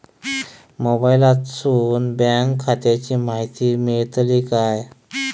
मोबाईलातसून बँक खात्याची माहिती मेळतली काय?